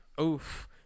Oof